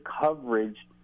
coverage